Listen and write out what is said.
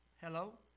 Hello